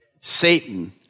Satan